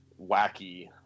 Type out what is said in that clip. wacky